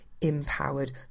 empowered